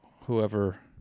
whoever